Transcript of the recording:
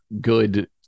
good